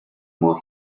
more